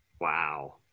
Wow